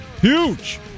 Huge